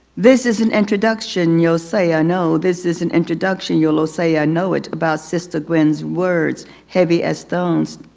this is an introduction you'll say i know, this is an introduction you'll all say i know it. about sister gwen's words heavy as stones,